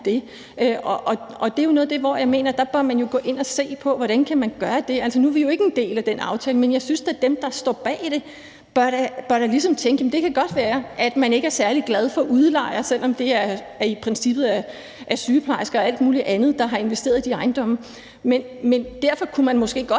det. Og det er noget af det, hvor jeg mener, at der bør man jo gå ind at se på, hvordan man kan gøre det. Altså, nu er vi jo ikke en del af den aftale. Men jeg synes da, at dem, der står bag det, ligesom bør tænke: Det kan godt være, at man ikke er særlig glad for udlejere, selv om det i princippet er sygeplejersker og alle mulige andre, der har investeret i de ejendomme, men derfor kan man måske godt